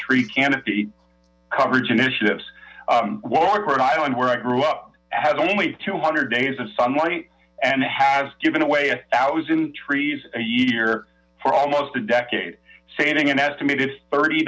tree canopy coverage initiatives warwick rhode island where i grew has only two hundred days of sunlight and has given away a thousand trees a year for almost a decade saving an estimated thirty